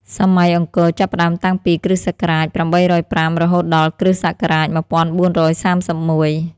សម័យអង្គរចាប់ផ្តើមតាំងពី គ.ស. ៨០៥ រហូតដល់ គ.ស. ១៤៣១។